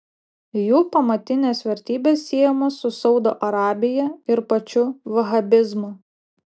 jų pamatinės vertybės siejamos su saudo arabija ir pačiu vahabizmu